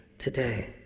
today